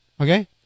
Okay